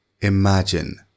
imagine